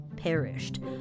Perished